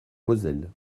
moselle